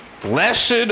Blessed